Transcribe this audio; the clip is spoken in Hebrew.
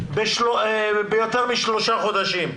ביותר משלושה חודשים.